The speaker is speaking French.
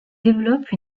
développe